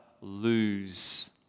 lose